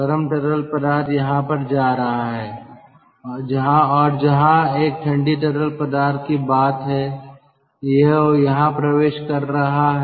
गर्म तरल पदार्थ यहाँ पर जा रहा है और जहाँ तक ठंडी तरल पदार्थ की बात है यह यहाँ प्रवेश कर रहा है